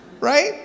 Right